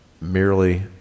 merely